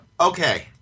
Okay